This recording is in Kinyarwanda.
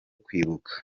kwibuka